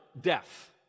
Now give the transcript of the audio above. death